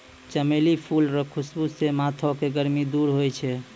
चमेली फूल रो खुशबू से माथो के गर्मी दूर होय छै